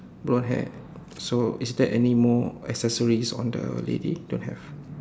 blonde hair so is there anymore accessories on the lady don't have